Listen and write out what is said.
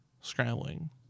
scrambling